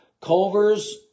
culver's